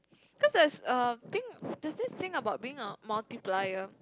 cause there is a thing there is this thing about being a multiplier